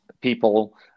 people